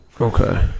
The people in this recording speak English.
Okay